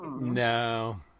No